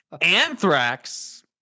Anthrax